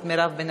הוא פה.